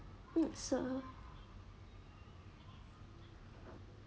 mm so